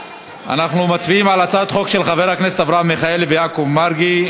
אנחנו מצביעים על הצעת החוק של חברי הכנסת אברהם מיכאלי ויעקב מרגי,